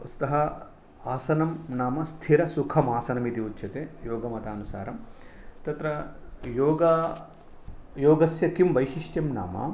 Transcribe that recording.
वस्तुतः आसनं नाम स्थिरसुखमासनम् इति उच्यते योगमतानुसारं तत्र योगा योगस्य किं वैशिष्ट्यं नाम